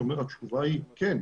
התשובה היא כן.